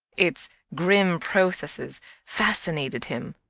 its grim processes, fascinated him.